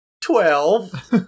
Twelve